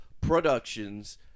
Productions